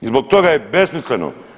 I zbog toga je besmisleno.